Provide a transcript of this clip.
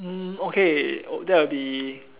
okay that would be